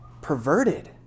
Perverted